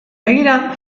begira